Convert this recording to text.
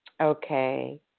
Okay